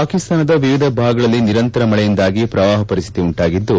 ಪಾಕಿಸ್ತಾನದ ವಿವಿಧ ಭಾಗಗಳಲ್ಲಿ ನಿರಂತರ ಮಳೆಯಿಂದಾಗಿ ಪ್ರವಾಹ ಪರಿಸ್ತಿತಿ ಉಂಟಾಗಿದ್ದು